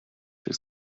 шиг